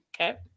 Okay